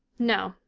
no,